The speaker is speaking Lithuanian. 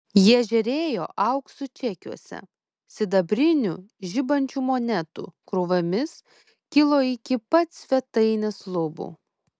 jie žėrėjo auksu čekiuose sidabrinių žibančių monetų krūvomis kilo iki pat svetainės lubų